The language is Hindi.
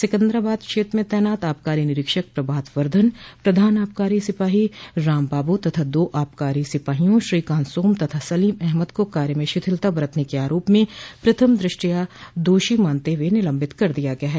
सिकन्दराबाद क्षेत्र में तैनात आबकारी निरीक्षक प्रभात वर्धन प्रधान आबकारी सिपाही राम बाबू तथा दो आबकारी सिपाहियों श्रीकांत सोम और सलीम अहमद को कार्य में शिथिलता बरतने के आराप में प्रथम दृष्टया दोषी मानते हए निलंबित कर दिया गया है